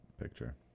picture